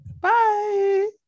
bye